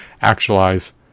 actualize